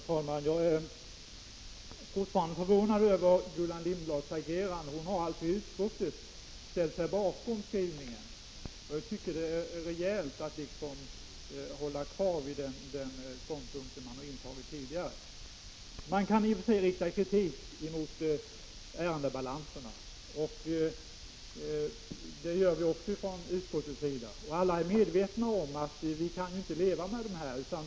Herr talman! Jag är fortfarande förvånad över Gullan Lindblads agerande. Hon har alltså i utskottet ställt sig bakom majoritetens skrivning. Jag tycker att det är rejält att hålla fast vid den ståndpunkt som man tidigare har intagit. Man kan i och för sig rikta kritik mot ärendebalanserna, och det gör vi också från utskottets sida. Alla är medvetna om att vi inte kan leva med denna situation.